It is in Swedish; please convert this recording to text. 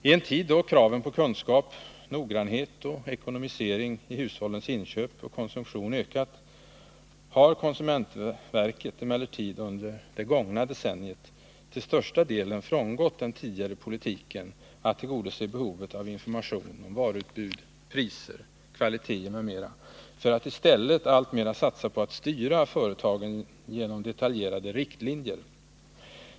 I en tid då kraven på kunskap, noggrannhet och ekonomisering i hushållens inköp och konsumtion ökat har konsumentverket emellertid under det gångna decenniet till största delen frångått den tidigare politiken att tillgodose behovet av information om varuutbud, priser, kvaliteter m.m. för att i stället alltmer satsa på att styra företagen genom detaljerade riktlinjer.